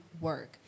work